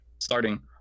starting